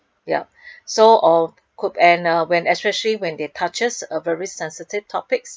yup so um could and uh when especially when they touches a very sensitive topics